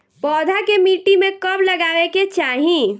पौधा के मिट्टी में कब लगावे के चाहि?